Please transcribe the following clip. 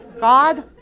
God